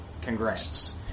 Congrats